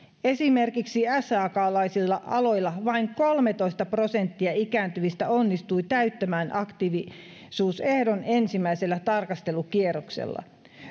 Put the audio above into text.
esimerkiksi saklaisilla aloilla vain kolmetoista prosenttia ikääntyvistä onnistui täyttämään aktiivisuusehdon ensimmäisellä tarkastelukierroksella